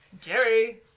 Jerry